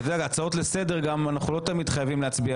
כי בהצעות לסדר אנחנו לא תמיד חייבים להצביע